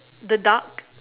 the duck